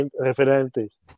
referentes